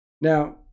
Now